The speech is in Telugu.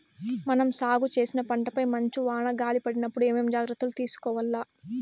మనం సాగు చేసిన పంటపై మంచు, వాన, గాలి పడినప్పుడు ఏమేం జాగ్రత్తలు తీసుకోవల్ల?